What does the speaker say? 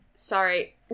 Sorry